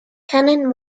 cannon